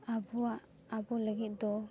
ᱟᱵᱚᱣᱟᱜ ᱟᱵᱚ ᱞᱟᱹᱜᱤᱫ ᱫᱚ